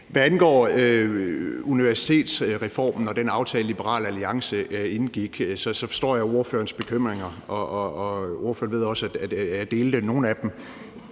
Hvad angår universitetsreformen og den aftale, Liberal Alliance indgik, forstår jeg ordførerens bekymringer, og ordføreren ved også, at jeg delte nogle af dem.